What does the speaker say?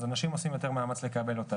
אז אנשים עושים יותר מאמץ לקבל אותה,